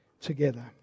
together